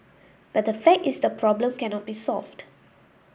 but the fact is the problem cannot be solved